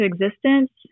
existence